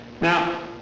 Now